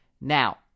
Now